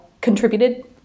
contributed